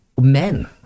Men